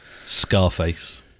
Scarface